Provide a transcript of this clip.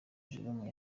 jérôme